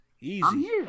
easy